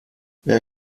wer